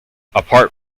apart